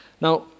Now